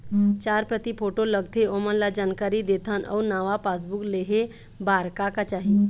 चार प्रति फोटो लगथे ओमन ला जानकारी देथन अऊ नावा पासबुक लेहे बार का का चाही?